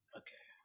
okay